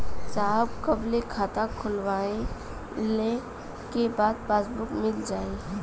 साहब कब ले खाता खोलवाइले के बाद पासबुक मिल जाई?